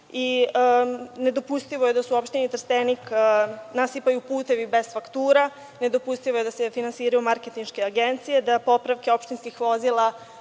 Nedopustivo je da se u opštini Trstenik nasipaju putevi bez faktura, nedopustivo je da se finansiraju marketinške agencije, da popravke opštinskih vozila